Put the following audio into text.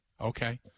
Okay